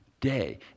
day